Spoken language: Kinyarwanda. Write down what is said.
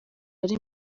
ari